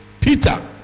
Peter